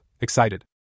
excited